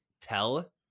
tell